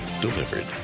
delivered